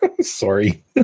Sorry